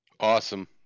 Awesome